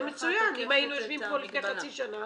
אם היינו יושבים פה לפני חצי שנה